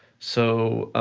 so